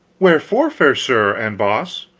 wherefore, fair sir and boss?